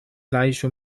العيش